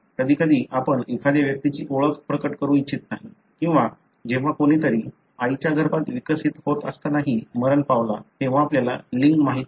कधीकधी आपण एखाद्या व्यक्तीची ओळख प्रकट करू इच्छित नाही किंवा जेव्हा कोणीतरी आईच्या गर्भात विकसित होत असतानाही मरण पावला तेव्हा आपल्याला लिंग माहित नाही